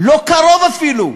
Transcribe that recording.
לא קרוב אפילו.